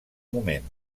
moment